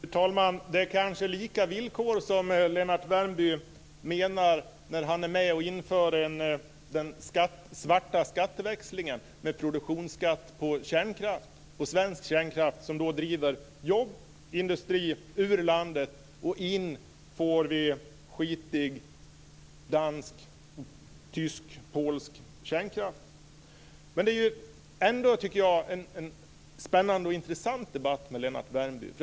Fru talman! Det är kanske lika villkor som Lennart Värmby menar när han inför den svarta skatteväxlingen med produktionsskatt på svensk kärnkraft och som driver jobb och industri ur landet. In får vi skitig dansk, tysk och polsk kärnkraft. Det är en spännande och intressant debatt med Lennart Värmby.